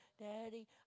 Daddy